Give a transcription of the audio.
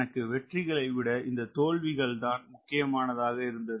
எனக்கு வெற்றிகளை விட இந்த தோல்விகள் தான் முக்கியமானதாக இருந்தது